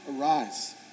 arise